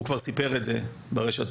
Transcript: הוא כבר סיפר את הסיפור שלו ברשתות